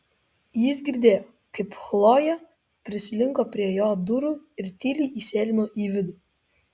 jis girdėjo kaip chlojė prislinko prie jo durų ir tyliai įsėlino į vidų